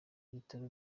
ibitaro